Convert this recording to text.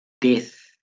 death